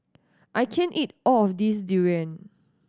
I can't eat all of this durian